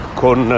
con